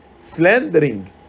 Slandering